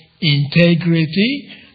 integrity